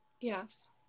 Yes